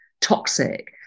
toxic